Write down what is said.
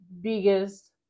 biggest